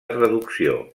traducció